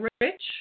rich